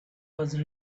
was